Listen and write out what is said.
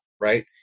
right